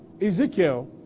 Ezekiel